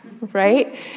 right